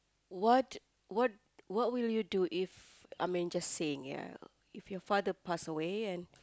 what what what will you do If I mean just saying ya if your father pass away and